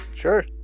Sure